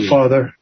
Father